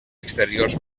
exteriors